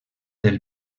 del